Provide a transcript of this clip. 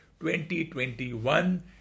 2021